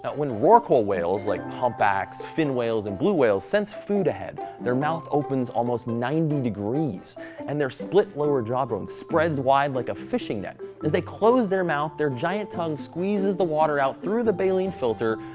when rorqual whales like humpbacks, fin whales, and blue whales sense food ahead, their mouth opens almost ninety degrees and their split lower jaw bone spreads wide like a fishing net. as they close their mouth, their giant tongue squeezes the water out through the baleen filter,